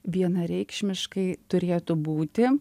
vienareikšmiškai turėtų būti